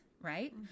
Right